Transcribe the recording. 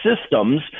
systems